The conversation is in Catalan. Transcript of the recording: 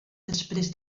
després